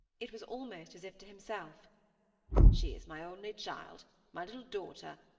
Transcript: it was almost as if to himself she is my only child my little daughter!